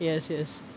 yes yes